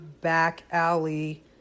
back-alley